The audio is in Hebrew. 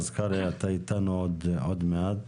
אז קרעי אתה איתנו עוד מעט.